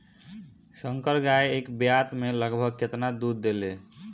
संकर गाय एक ब्यात में लगभग केतना दूध देले?